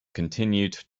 continued